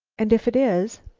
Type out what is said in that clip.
and if it is?